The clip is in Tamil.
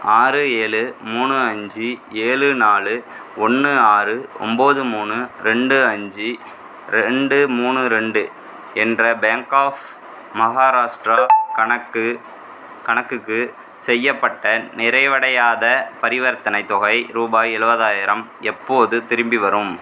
ஆறு ஏழு மூணு அஞ்சு ஏழு நாலு ஒன்று ஆறு ஒன்போது மூணு ரெண்டு அஞ்சு ரெண்டு மூணு ரெண்டு என்ற பேங்க் ஆஃப் மஹாராஷ்ட்ரா கணக்கு கணக்குக்கு செய்யப்பட்ட நிறைவடையாத பரிவர்த்தனைத் தொகை ரூபாய் எழுபதாயிரம் எப்போது திரும்பி வரும்